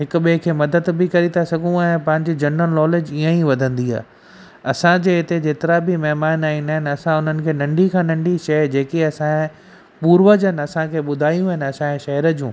हिक ॿिए खे मदद बि करे था सघूं ऐं पंहिंजी जर्नल नॉलेज ईअं ई वधंदी आहे असांजे हिते जेतिरा बि महिमान ईंदा आहिनि असां हुननि खे नंढी खां नंढी शइ जेके असां पूर्वजनि असांखे ॿुधायूं आहिनि असांजे शहर जूं